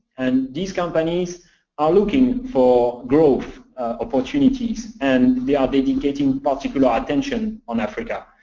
and these companies are looking for growth opportunities. and they are dedicating particular attention on africa.